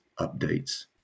updates